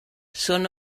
són